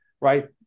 Right